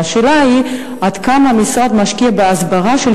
והשאלה היא עד כמה המשרד משקיע בהסברה של